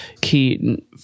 key